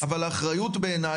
אבל האחריות בעיניי,